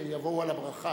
ויבואו על הברכה.